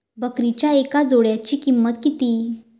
बकरीच्या एका जोडयेची किंमत किती?